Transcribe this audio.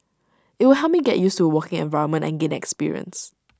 IT will help me get used to A working environment and gain experience